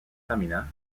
féminin